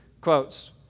quotes